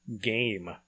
game